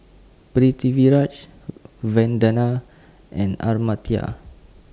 Vandana and Amartya